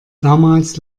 damals